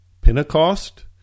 Pentecost